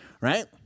Right